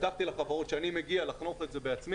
הבטחתי לחברות שאני מגיע לחנוך את זה בעצמי